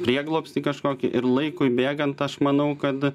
prieglobstį kažkokį ir laikui bėgant aš manau kad